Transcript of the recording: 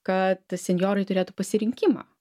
kad senjorai turėtų pasirinkimą